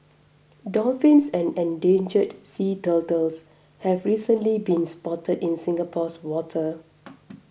dolphins and endangered sea turtles have recently been spotted in Singapore's water